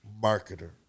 marketer